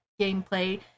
gameplay